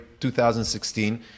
2016